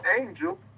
angel